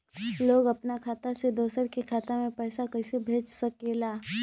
लोग अपन खाता से दोसर के खाता में पैसा कइसे भेज सकेला?